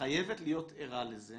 חייבת להיות ערה לזה